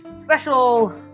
special